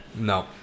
no